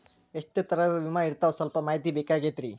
ಎಷ್ಟ ತರಹದ ವಿಮಾ ಇರ್ತಾವ ಸಲ್ಪ ಮಾಹಿತಿ ಬೇಕಾಗಿತ್ರಿ